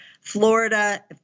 Florida